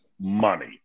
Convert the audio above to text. money